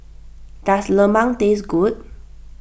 does Lemang taste good